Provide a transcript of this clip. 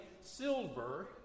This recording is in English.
silver